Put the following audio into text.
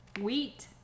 Wheat